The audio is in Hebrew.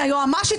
היועמ"שית,